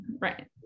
Right